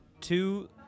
Two